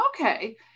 Okay